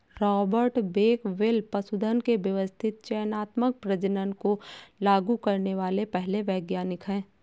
Robert Bakewell पशुधन के व्यवस्थित चयनात्मक प्रजनन को लागू करने वाले पहले वैज्ञानिक है